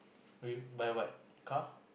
with by what car